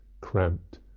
cramped